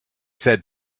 said